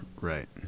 Right